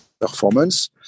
performance